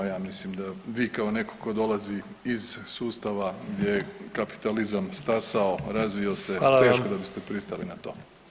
Ja mislim da vi kao neko ko dolazi iz sustava gdje je kapitalizam stasao, razvio se [[Upadica predsjednik: Hvala vam.]] teško da biste pristali na to.